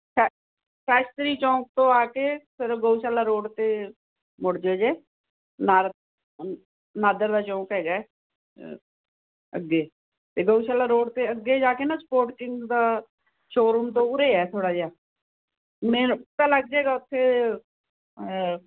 ਸ਼ਾਸਤਰੀ ਚੋਂਕ ਤੋਂ ਆ ਕੇ ਫਿਰ ਗਊਸ਼ਲਾ ਰੋਡ ਤੇ ਮੁੜ ਜਹੇ ਨਾਲ ਨਾਦਰ ਦਾ ਚੋਂਕ ਹੈਗਾ ਅੱਗੇ ਇਹ ਗਊਸ਼ਾਲਾ ਰੋਡ ਤੇ ਅੱਗੇ ਜਾ ਕੇ ਨਾ ਸਪੋਰਟ ਦਾ ਸ਼ੋਰੂਮ ਤੋਂ ਉਰੇ ਆ ਥੋੜਾ ਜਿਹਾ ਹੁਣੇ ਪਤਾ ਲੱਗ ਜਾਏਗਾ ਉਥੇ